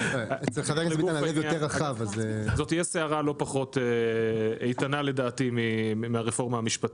זאת תהיה סערה לא פחות איתנה לדעתי מהרפורמה המשפטית,